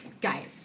guys